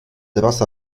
rasa